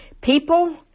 People